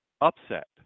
upset